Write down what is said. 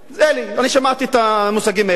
אני שמעתי את המושגים האלה.